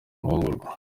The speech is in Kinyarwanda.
mahugurwa